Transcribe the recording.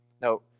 No